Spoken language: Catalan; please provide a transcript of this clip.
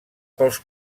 pels